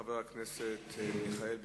חבר הכנסת מיכאל בן-ארי,